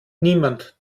niemand